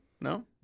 No